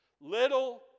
little